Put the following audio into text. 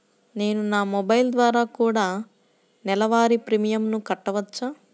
నేను నా మొబైల్ ద్వారా కూడ నెల వారి ప్రీమియంను కట్టావచ్చా?